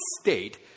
state